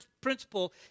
principle